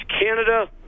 Canada